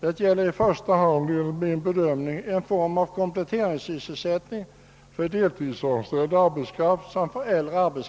Det gäller i första hand enligt min bedömning en form av kompletteringssysselsättning för deltidsanställd arbetskraft samt för äldre.